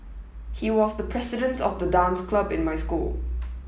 he was the president of the dance club in my school